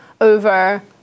over